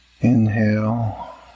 Inhale